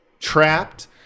trapped